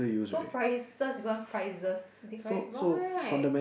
so prices become prizes is it correct wrong right